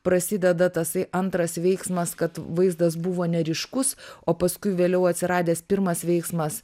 prasideda tasai antras veiksmas kad vaizdas buvo neryškus o paskui vėliau atsiradęs pirmas veiksmas